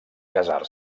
casar